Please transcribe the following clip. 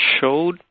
showed